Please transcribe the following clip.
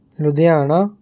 Ludhiana